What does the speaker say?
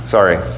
Sorry